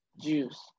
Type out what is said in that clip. juice